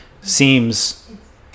seems